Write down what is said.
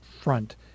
front